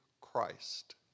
Christ